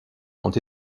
ont